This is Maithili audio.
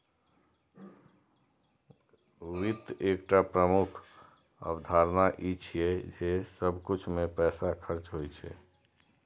वित्त के एकटा प्रमुख अवधारणा ई छियै जे सब किछु मे पैसा खर्च होइ छै